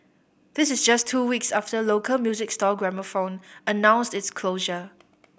this is just two weeks after local music store Gramophone announced its closure